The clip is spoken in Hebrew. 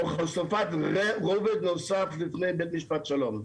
תוך הוספת רובד נוסף לפני בית משפט שלום.